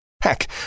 Heck